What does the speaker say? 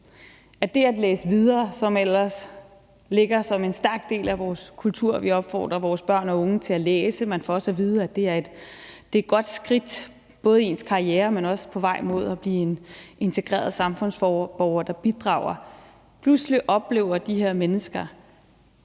at det at læse videre, som ellers ligger som en stærk del af vores kultur – vi opfordrer vores børn og unge til at læse, og man får også at vide, er det et godt skridt, både i ens karriere, men også på vejen mod at blive en integreret samfundsborger, der bidrager – ikke er den lige vej